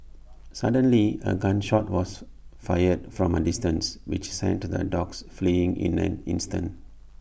suddenly A gun shot was fired from A distance which sent the dogs fleeing in an instant